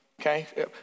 Okay